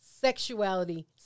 sexuality